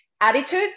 attitude